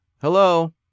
Hello